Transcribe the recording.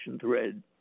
thread